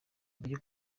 ibiri